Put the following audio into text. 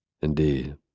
Indeed